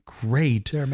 great